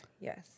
yes